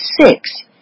Six